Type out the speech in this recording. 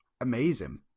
amazing